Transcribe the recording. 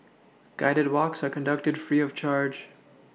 guided walks are conducted free of charge